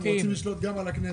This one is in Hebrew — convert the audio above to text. הם רוצים לשלוט גם על הכנסת.